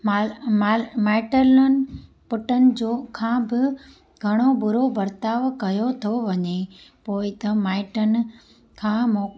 मा मा माइटनि पुटनि जो खां बि घणो बुरो बर्ताव कयो थो वञे पोइ त माइटनि खां